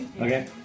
Okay